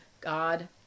God